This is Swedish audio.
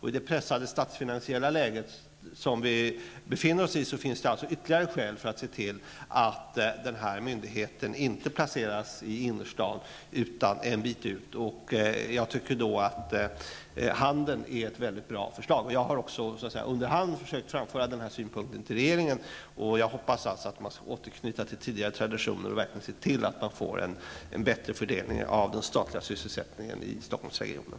I det pressade statsfinansiella läge som vi befinner oss i finns det ytterligare skäl för att se till att denna myndighet inte placeras i innerstaden utan en bit ut, och Handen är ett mycket bra förslag. Jag har också under hand försökt att framföra den synpunkten till regeringen, och jag hoppas att den återknyter till tidigare traditioner och verkligen ser till att det blir en bättre fördelning av den statliga sysselsättningen i Stockholmsregionen.